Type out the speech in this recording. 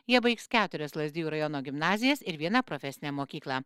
jie baigs keturias lazdijų rajono gimnazijas ir vieną profesinę mokyklą